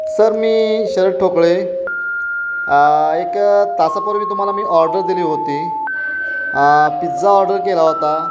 sir मी शरद ठोकळे एक तासापूर्वी तुम्हाला मी ऑर्डर दिली होती पिझ्झा ऑर्डर केला होता